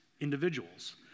individuals